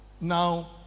Now